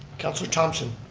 councilor thompson.